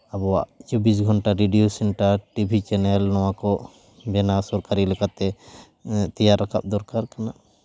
ᱟᱵᱚᱣᱟᱜ ᱪᱚᱵᱵᱤᱥ ᱜᱷᱚᱱᱴᱟ ᱨᱮᱰᱤᱭᱳ ᱥᱮᱱᱴᱟᱨ ᱴᱤᱵᱷᱤ ᱪᱮᱱᱮᱞ ᱱᱚᱣᱟ ᱠᱚ ᱵᱮᱱᱣ ᱥᱚᱨᱠᱟᱨᱤ ᱞᱮᱠᱟᱛᱮ ᱛᱮᱭᱟᱨ ᱨᱟᱠᱟᱵᱽ ᱫᱚᱨᱠᱟᱨ ᱠᱟᱱᱟ